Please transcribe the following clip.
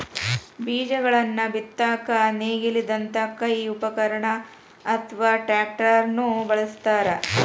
ಬೇಜಗಳನ್ನ ಬಿತ್ತಾಕ ನೇಗಿಲದಂತ ಕೈ ಉಪಕರಣ ಅತ್ವಾ ಟ್ರ್ಯಾಕ್ಟರ್ ನು ಬಳಸ್ತಾರ